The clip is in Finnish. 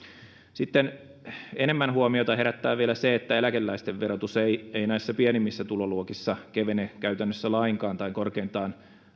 enemmän huomiota herättää vielä se että eläkeläisten verotus ei ei näissä pienimmissä tuloluokissa kevene käytännössä lainkaan tai kevenee korkeintaan